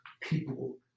people